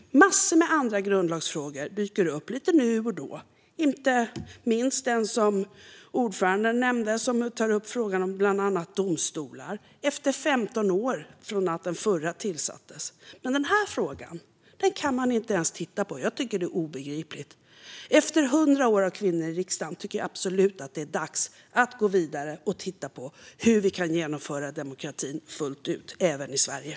Massor av andra grundlagsfrågor dyker upp lite nu och då, inte minst den som ordföranden nämnde om bland annat domstolar - 15 år efter att den förra utredningen tillsattes. Men den här frågan kan man inte ens titta på. Jag tycker att det är obegripligt. Efter 100 år av kvinnor i riksdagen tycker jag absolut att det är dags att gå vidare och titta på hur vi kan genomföra demokratin fullt ut även i Sverige.